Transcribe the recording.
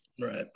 Right